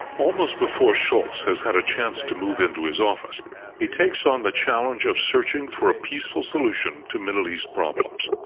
almost before shultz has had a chance to move into his office he takes on the challenge of searching for a peaceful solution to middle east problems.